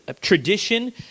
tradition